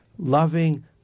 Loving